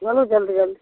बोलू जल्दी जल्दी